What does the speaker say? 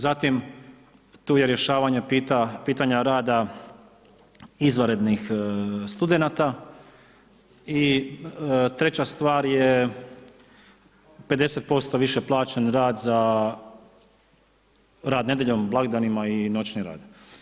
Zatim tu je rješavanje pitanje rada izvanrednih studenata i treća stvar je 50% više plaćen rad za rad nedjeljom, blagdanima i noćni rad.